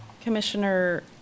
Commissioner